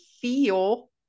feel